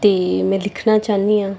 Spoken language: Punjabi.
ਅਤੇ ਮੈਂ ਲਿਖਣਾ ਚਾਹੁੰਦੀ ਹਾਂ